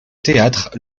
théâtre